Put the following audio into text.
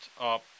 up